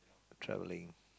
travelling